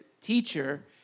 teacher